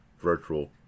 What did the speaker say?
virtual